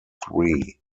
three